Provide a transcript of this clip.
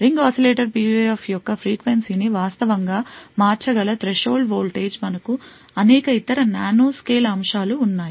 ring oscillator PUF యొక్క frequency ని వాస్తవంగా మార్చగల థ్రెషోల్డ్ వోల్టేజ్ మరియు అనేక ఇతర నానోస్కేల్ అంశాలు ఉన్నాయి